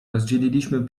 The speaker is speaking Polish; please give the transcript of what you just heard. rozdzieliliśmy